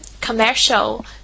commercial